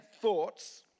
thoughts